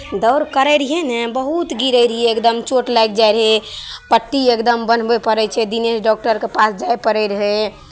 दौड़ करै रहियै ने बहुत गिरै रहियै एकदम चोट लागि जाइत रहै पट्टी एकदम बन्हबय पड़ै छै दिनेश डॉक्टरके पास जाय पड़ैत रहै